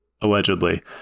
allegedly